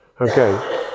Okay